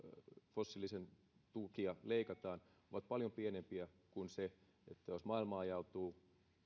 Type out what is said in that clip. fossiilisten tukia leikataan ovat paljon pienempiä kuin se jos maailma ajautuu